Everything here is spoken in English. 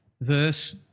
verse